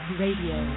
radio